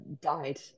died